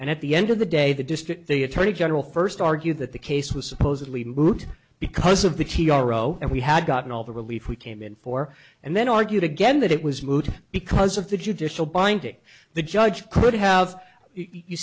and at the end of the day the district the attorney general first argued that the case was supposedly moot because of the t r o and we had gotten all the relief we came in for and then argued again that it was moot because of the judicial binding the judge could have you